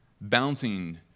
bouncing